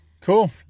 cool